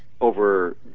over